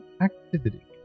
activity